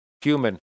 human